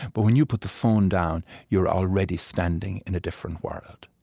but when you put the phone down, you are already standing in a different world,